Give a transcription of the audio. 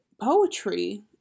poetry